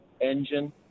engine